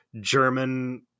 German